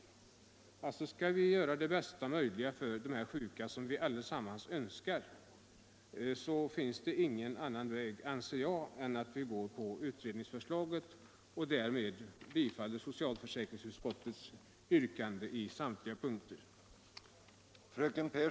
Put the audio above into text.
Skall vi, som alla önskar, kunna göra det bästa möjliga för dessa sjuka, finns det enligt min mening ingen annan väg att gå än att biträda utredningsförslaget och därmed bifalla socialförsäkringsutskottets yrkande på samtliga punkter.